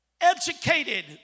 educated